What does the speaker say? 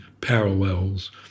parallels